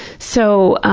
so,